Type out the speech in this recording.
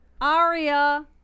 Aria